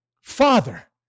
Father